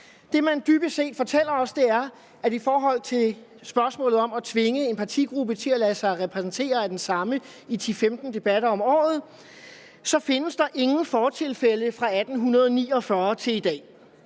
Det, man dybest set fortæller os, er, at i forhold til spørgsmålet om at tvinge en partigruppe til at lade sig repræsentere af den samme i 10-15 debatter om året, så findes der ingen fortilfælde fra 1849 til i dag